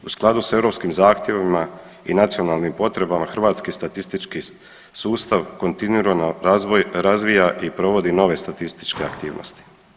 U skladu se europskim zahtjevima i nacionalnim potrebama hrvatski statistički sustav kontinuirano razvija i provodi nove statističke aktivnosti.